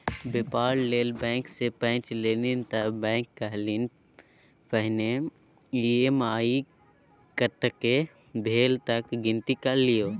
बेपार लेल बैंक सँ पैंच लेलनि त बैंक कहलनि पहिने ई.एम.आई कतेक भेल तकर गिनती कए लियौ